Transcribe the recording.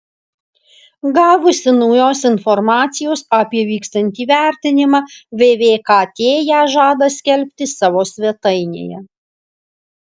gavusi naujos informacijos apie vykstantį vertinimą vvkt ją žada skelbti savo svetainėje